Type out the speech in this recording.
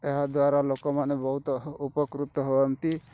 ଏହା ଦ୍ୱାରା ଲୋକମାନେ ବହୁତ ଉପକୃତ ହୁଅନ୍ତି